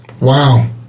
Wow